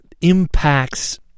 impacts